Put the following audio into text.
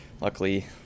luckily